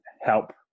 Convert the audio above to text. help